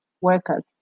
workers